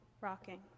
rocking